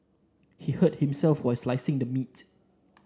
he hurt himself while slicing the meat